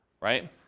right